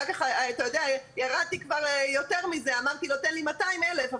אחר כך ירדתי יותר מזה, אמרתי תן לי מאתיים אלף.